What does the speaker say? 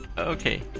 okay.